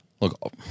look